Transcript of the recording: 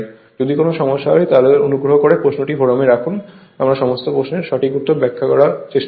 যদি কোন সমস্যা হয় তাহলে অনুগ্রহ করে প্রশ্নটি ফোরামে রাখুন আমরা সমস্ত প্রশ্নের সঠিক ব্যাখ্যা করার চেষ্টা করব